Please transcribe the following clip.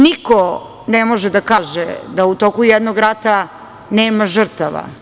Niko ne može da kaže da u toku jednog rata nema žrtava.